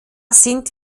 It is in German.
sind